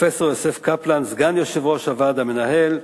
לפרופסור יוסף קפלן, סגן יושב-ראש הוועד המנהל,